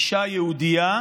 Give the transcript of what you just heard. אישה יהודייה